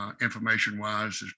information-wise